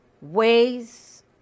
ways